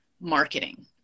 marketing